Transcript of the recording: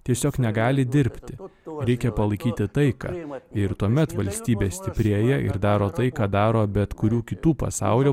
tiesiog negali dirbti reikia palaikyti taiką ir tuomet valstybė stiprėja ir daro tai ką daro bet kurių kitų pasaulio